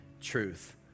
Truth